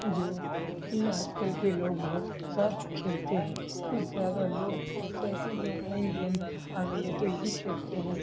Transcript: جو کہ آج کل کے لوگ بہت زیادہ کھیلتے ہیں کچھ زیادہ لوگ جیسی کہ آن لائن گیم آ گئی ہے تو یہی کھیلتے ہیں